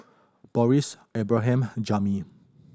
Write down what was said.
Boris Abraham Jami